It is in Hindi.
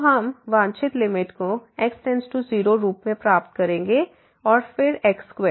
तो हम वांछित लिमिट को x→0 रूप में प्राप्त करेंगे और फिर x2